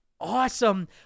awesome